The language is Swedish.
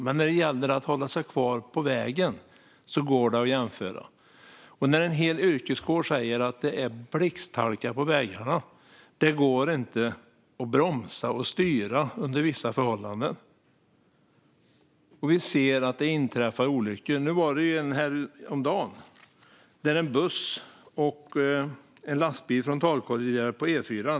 Men när det gäller att hålla sig kvar på vägen går det att jämföra. En hel yrkeskår säger att det är blixthalka på vägarna. Det går inte att bromsa eller styra under vissa förhållanden. Vi ser att det inträffar olyckor. Det skedde en häromdagen, den 6 februari, när en buss och en lastbil frontalkolliderade på E4.